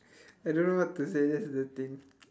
I don't know what to say that's the thing